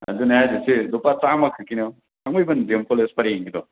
ꯑꯗꯨꯅꯦ ꯑꯩꯅ ꯍꯥꯏꯁꯦ ꯂꯨꯄꯥ ꯆꯥꯝꯃ ꯈꯛꯀꯤꯅꯦ ꯌꯦꯡꯉꯣ ꯊꯥꯡꯃꯩꯕꯟ ꯗꯤ ꯑꯦꯝ ꯀꯣꯂꯦꯁ ꯄꯔꯦꯡꯒꯤꯗꯣ